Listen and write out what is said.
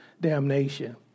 damnation